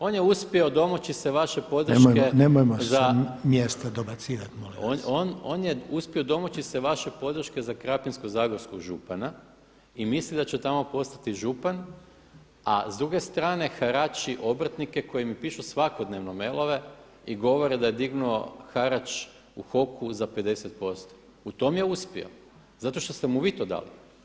On je uspio domoći se vaše podrške za [[Upadica Reiner: Nemojmo s mjesta dobacivati molim vas.]] On je uspio domoći se vaše podrške za Krapinsko-zagorskog župana i misli da će tamo postati župan a s druge strane harači obrtnike koji mi pišu svakodnevno mailove i govore da je dignuo harač u HOK-u za 50%, u tome je uspio zato što ste mu vi to dali.